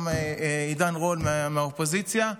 גם עידן רול מהאופוזיציה.